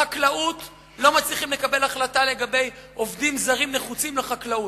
בחקלאות לא מצליחים לקבל החלטה לגבי עובדים זרים נחוצים לחקלאות,